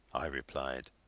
i replied.